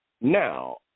Now